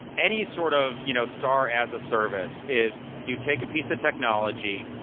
any sort of you know star as a service is you take a piece of technology,